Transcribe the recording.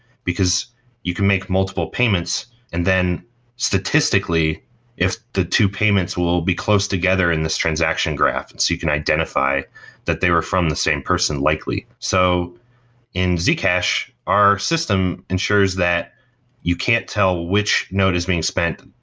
because you can make multiple payments and then statistically if the two payments will be close together in this transaction graph, and so you can identify that they were from the same person likely so in zcash, our system ensures that you can't tell which note is being spent,